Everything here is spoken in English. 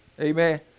Amen